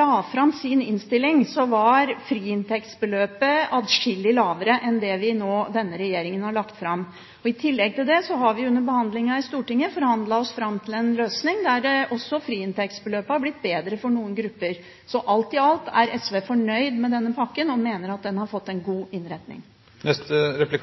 la fram sin innstilling, var fribeløpet atskillig lavere enn det denne regjeringen har lagt fram. I tillegg har vi under behandlingen i Stortinget forhandlet oss fram til en løsning der også fribeløpet har blitt bedre for noen grupper. Så alt i alt er SV fornøyd med denne pakken og mener at den har fått en god innretning. På side 57 i